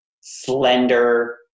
slender